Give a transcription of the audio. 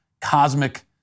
cosmic